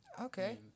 Okay